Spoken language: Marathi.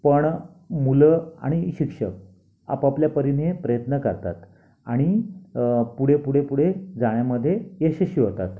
पण मुलं आणि शिक्षक आपापल्या परीने प्रयत्न करतात आणि पुढे पुढे पुढे जाण्यामध्ये यशस्वी होतात